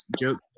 joke